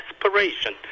Desperation